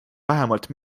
vähemalt